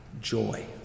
joy